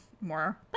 more